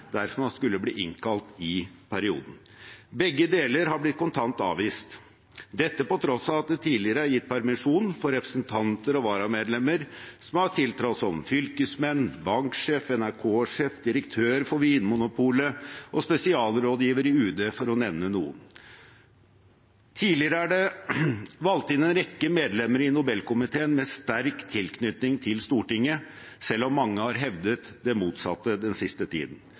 skulle bli innkalt i perioden. Begge deler har blitt kontant avvist, dette på tross av at det tidligere er gitt permisjon for representanter og varamedlemmer som har tiltrådt som fylkesmenn, banksjefer, NRK-sjef, direktør for Vinmonopolet og spesialrådgiver i UD, for å nevne noen. Tidligere er det valgt inn en rekke medlemmer i Nobelkomiteen med sterk tilknytning til Stortinget, selv om mange har hevdet det motsatte den siste tiden.